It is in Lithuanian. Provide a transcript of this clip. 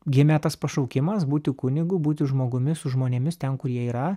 gimė tas pašaukimas būti kunigu būti žmogumi su žmonėmis ten kur jie yra